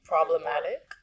Problematic